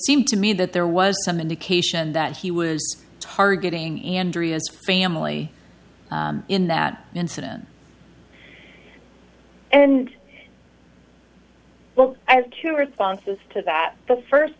seems to me that there was some indication that he was targeting andrea's family in that incident and well as to responses to that the first